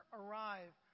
arrive